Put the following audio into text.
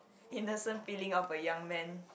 innocent feeling of a young man